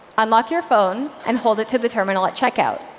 unlock your phone, and hold it to the terminal at checkout.